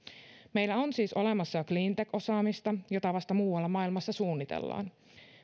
meillä on siis olemassa cleantech osaamista jota vasta muualla maailmassa suunnitellaan